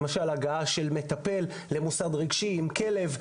למשל הגעה של מטפל למוסד רגשי עם כלב,